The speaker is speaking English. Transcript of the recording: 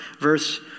verse